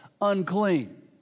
unclean